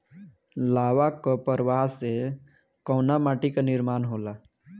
लावा क प्रवाह से कउना माटी क निर्माण होला?